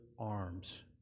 arms